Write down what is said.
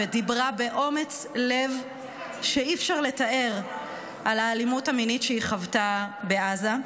ובאומץ לב שאי-אפשר לתאר דיברה על האלימות המינית שהיא חוותה בעזה.